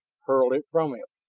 hurl it from him.